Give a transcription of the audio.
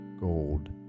gold